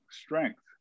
strength